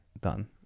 done